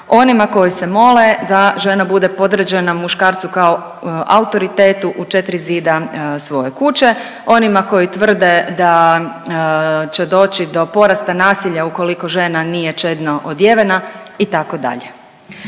onima koji se mole da žena bude podređena muškarcu kao autoritetu u četri zida svoje kuće, onima koji tvrde da će doći do porasta nasilja ukoliko žena nije čedno odjevena itd..